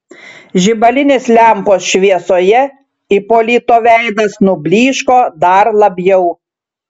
žibalinės lempos šviesoje ipolito veidas nublyško dar labiau